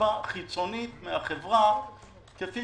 לקצבה חיצונית מהחברה כפי